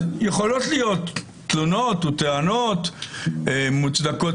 אז יכולות להיות תלונות או טענות מוצדקות